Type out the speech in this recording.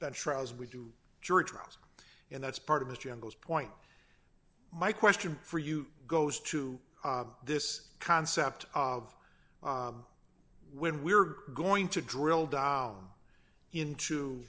that trials we do jury trials and that's part of history and those point my question for you goes to this concept of when we're going to drill down into